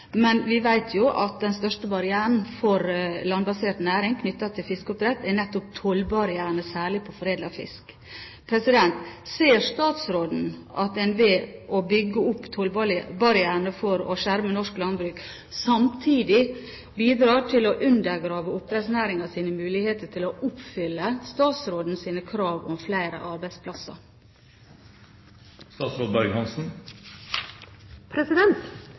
men vi vet jo at den største barrieren for landbasert næring knyttet til fiskeoppdrett er nettopp tollbarrierene, særlig på foredlet fisk. Ser statsråden at en ved å bygge opp tollbarrierene for å skjerme norsk landbruk samtidig bidrar til å undergrave oppdrettsnæringens muligheter til å oppfylle statsrådens krav om flere